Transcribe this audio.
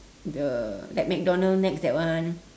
the like mcdonald nex that one